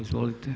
Izvolite.